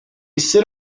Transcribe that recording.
sit